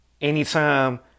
Anytime